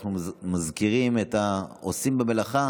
אנחנו מזכירים את העושים במלאכה,